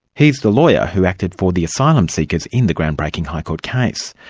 he's the lawyer who acted for the asylum seekers in the groundbreaking high court case.